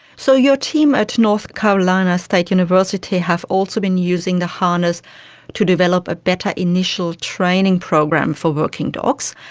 so your team at north carolina state university have also been using the harness to develop a better initial training program for working dogs.